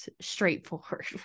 straightforward